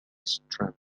strength